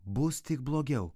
bus tik blogiau